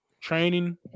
training